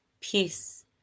Peace